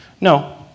No